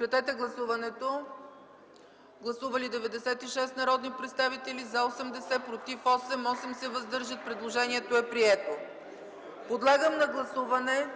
на гласуване. Гласували 96 народни представители: за 80, против 8, въздържали се 8. Предложението е прието. Подлагам на гласуване